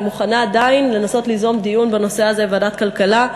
אני מוכנה עדיין לנסות ליזום דיון בנושא הזה בוועדת הכלכלה,